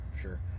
sure